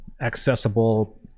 accessible